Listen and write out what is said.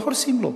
לא הורסים לו.